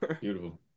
beautiful